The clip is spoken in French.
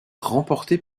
remportée